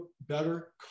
better